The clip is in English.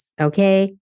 okay